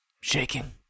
Shaking